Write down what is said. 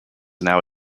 now